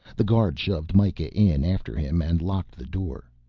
the guard shoved mikah in after him and locked the door.